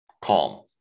calm